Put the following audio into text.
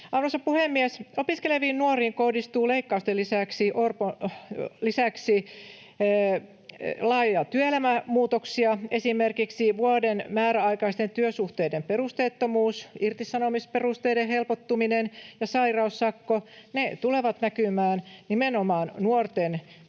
Arvoisa puhemies! Opiskeleviin nuoriin kohdistuu leikkausten lisäksi laajoja työelämämuutoksia. Esimerkiksi vuoden määräaikaisten työsuhteiden perusteettomuus, irtisanomisperusteiden helpottuminen ja sairaussakko tulevat näkymään nimenomaan työelämään